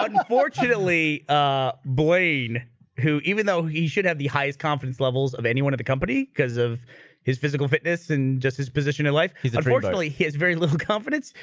unfortunately ah blaine who even though he should have the highest confidence levels of any one of the company because of his physical fitness and just his and life. he's unfortunately he has very little confidence.